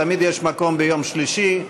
תמיד יש מקום ביום שלישי.